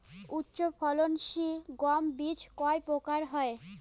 উচ্চ ফলন সিল গম বীজ কয় প্রকার হয়?